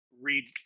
read